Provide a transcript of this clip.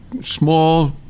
small